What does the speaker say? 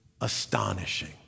astonishing